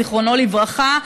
זיכרונו לברכה,